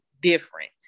different